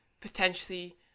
potentially